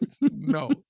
No